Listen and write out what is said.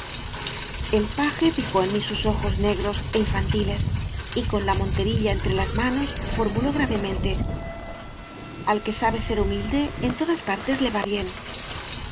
el paje fijó en mí sus ojos negros é infan tiles y con la monterilla entre las manos formuló gravemente al que sabe ser humilde en todas partes le va bien era